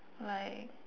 like